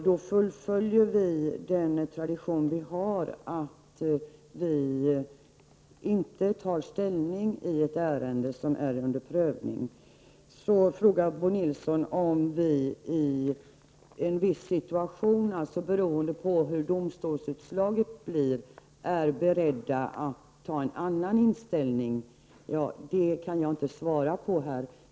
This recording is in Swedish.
Då fullföljer vi den tradition vi har att inte ta ställning i ett ärende som är under prövning. Vidare frågar Bo Nilsson om vi i en viss situation, beroende på hur domstolsutslaget blir, är beredda att ändra inställning. Det kan jag inte svara på här.